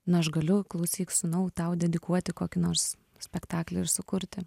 na aš galiu klausyk sūnau tau dedikuoti kokį nors spektaklį ir sukurti